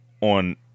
on